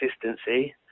consistency